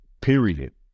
Period